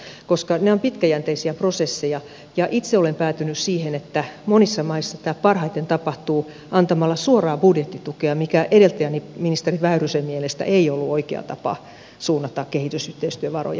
se ei ole ihan yksinkertaista koska nämä ovat pitkäjänteisiä prosesseja ja itse olen päätynyt siihen että monissa maissa tämä parhaiten tapahtuu antamalla suoraa budjettitukea mikä edeltäjäni ministeri väyrysen mielestä ei ollut oikea tapa suunnata kehitysyhteistyövaroja